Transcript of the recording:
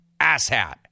asshat